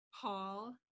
paul